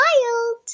Wild